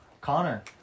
Connor